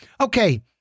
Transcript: Okay